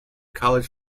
college